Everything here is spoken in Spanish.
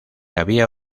había